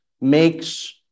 makes